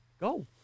go